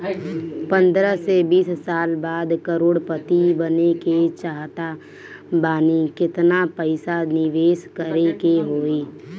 पंद्रह से बीस साल बाद करोड़ पति बने के चाहता बानी केतना पइसा निवेस करे के होई?